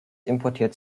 importiert